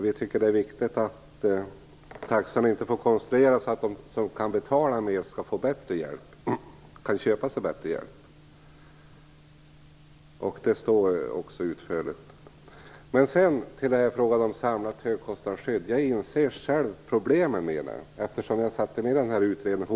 Vi tycker att det är viktigt att taxan inte konstrueras så att de som kan betala mer skall få bättre hjälp, att de kan köpa sig bättre hjälp. Det står utförligt om detta. I fråga om samlat högkostnadsskydd inser jag själv problemen. Jag satt ju med i HSU-utredningen.